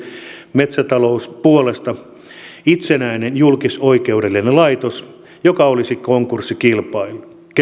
metsätalouspuolesta itsenäinen julkisoikeudellinen laitos joka olisi konkurssikelpoinen